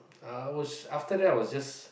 I was after that I was just